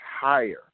higher